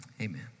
amen